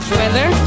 weather